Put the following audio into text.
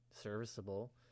serviceable